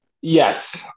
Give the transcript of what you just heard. yes